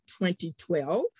2012